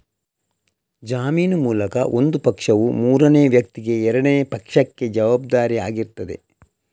ಜಾಮೀನು ಮೂಲಕ ಒಂದು ಪಕ್ಷವು ಮೂರನೇ ವ್ಯಕ್ತಿಗೆ ಎರಡನೇ ಪಕ್ಷಕ್ಕೆ ಜವಾಬ್ದಾರಿ ಆಗಿರ್ತದೆ